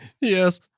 Yes